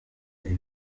ibi